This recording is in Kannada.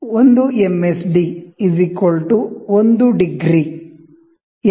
1 ಎಂ